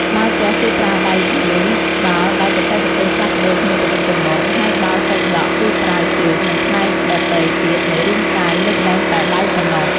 បាល់ទះ គឺប្រើដៃវាយបាល់ដោយបច្ចេកទេសផ្លាស់ប្តូរគ្នាទៅវិញទៅមក ហើយ បាល់សីដក់ គឺប្រើ ជើង និងផ្នែកដទៃទៀតនៃរាងកាយលើកលែងតែដៃប៉ុណ្ណោះ។